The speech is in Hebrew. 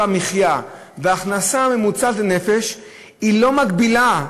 המחיה וההכנסה הממוצעת לנפש לא מקבילות,